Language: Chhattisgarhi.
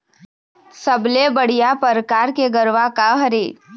सबले बढ़िया परकार के गरवा का हर ये?